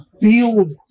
build